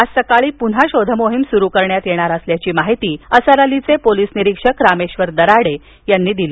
आज सकाळी पुन्हा शोधमोहीम सुरु करण्यात येणार असल्याची माहिती असरअलीचे पोलिस निरीक्षक रामेश्वर दराडे यांनी दिली